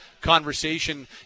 conversation